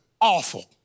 awful